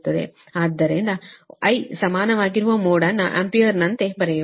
ಆದ್ದರಿಂದ I ಸಮಾನವಾಗಿರುವ mode ಅನ್ನು ಆಂಪಿಯರ್ನಂತೆ ಬರೆಯುವುದು